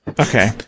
Okay